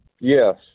Yes